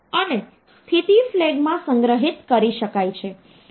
દાખલા તરીકે જો હું કોઈ અર્બિટ્રરી સંખ્યા લઉં તો કહો કે 234 ને આધાર 6 છે તો આ સંખ્યા શું છે